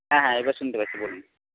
হ্যাঁ হ্যাঁ এবার শুনতে পাচ্ছি বলুন